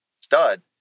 stud